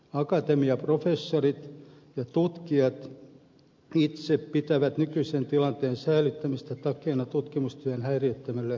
akatemiaprofessorit ja tutkijat itse pitävät nykyisen tilanteen säilyttämistä takeena tutkimustyön häiriöttömälle jatkamiselle